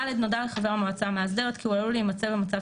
(ד)נודע לחבר המועצה המאסדרת כי הוא עלול להימצא במצב